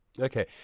okay